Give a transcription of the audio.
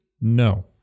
no